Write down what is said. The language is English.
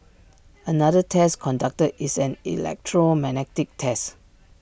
another test conducted is an electromagnetic test